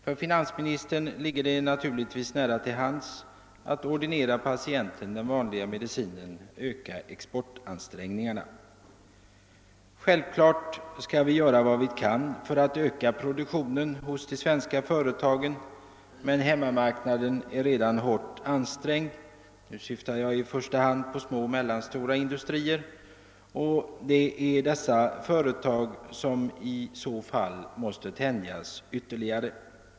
För finansministern ligger det naturligtvis nära till hands att ordinera patienten den vanliga medicinen — att öka exportansträngningarna. Självfallet skall vi göra vad vi kan för att öka produktionen hos de svenska företagen, men hemmamarknaden är redan hårt ansträngd — nu syftar jag i första hand på små och medelstora industrier — och det är dessa företag som i så fall måste tänja sig ytterligare.